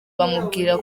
bamubwira